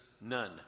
none